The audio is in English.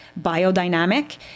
biodynamic